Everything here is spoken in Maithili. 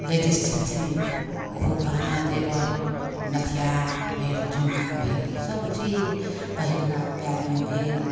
लेडिज छथिन ओहो गहना जेवर नथिया भेल झुमका भेल सभचीज पहिरला पएर शमे भेल